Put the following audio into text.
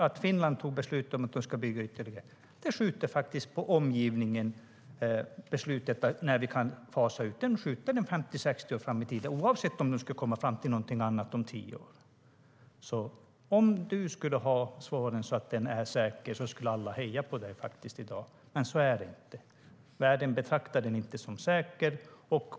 Att Finland beslutade att bygga ytterligare ett kärnkraftverk kommer ju att drabba omgivningen. Vi kan fasa ut den om 50 eller 60 år, oavsett om man skulle komma fram till någonting annat om tio år. Om du har svaret och kan garantera att kärnkraften är säker skulle alla heja på dig i dag. Men så är det inte. Världen betraktar inte kärnkraften som säker.